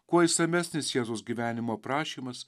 kuo išsamesnis jėzaus gyvenimo aprašymas